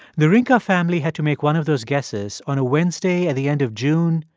the rinka family had to make one of those guesses on a wednesday at the end of june,